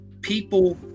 people